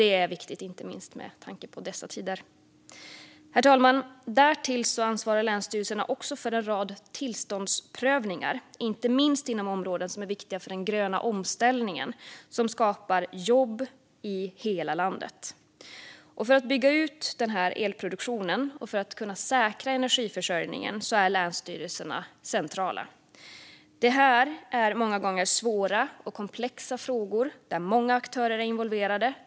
Det är viktigt, inte minst i dessa tider. Herr talman! Därtill ansvarar länsstyrelserna för en rad tillståndsprövningar, inte minst inom områden som är viktiga för den gröna omställningen, som skapar jobb i hela landet. För att bygga ut elproduktionen och säkra energiförsörjningen är länsstyrelserna centrala. Det här är många gånger svåra och komplexa frågor där många aktörer är involverade.